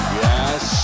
yes